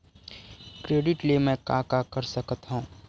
Credit ले मैं का का कर सकत हंव?